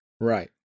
right